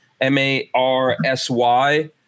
M-A-R-S-Y